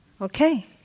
Okay